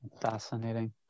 Fascinating